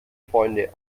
freunde